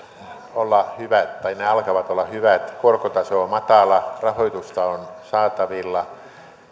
olla hyvät tai ne alkavat olla hyvät korkotaso on matala rahoitusta on saatavilla